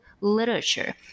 literature